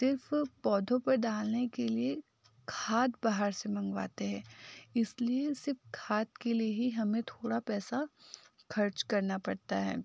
सिर्फ पौधों पर डालने के लिए खाद बाहर से मंगवाते हैं इसलिए सिर्फ खाद के लिए ही हमें थोड़ा पैसा खर्च करना पड़ता है